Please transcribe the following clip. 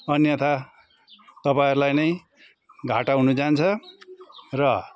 अन्यथा तपाईँहरूलाई नै घाटा हुनुजान्छ र